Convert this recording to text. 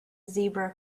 zebra